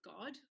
God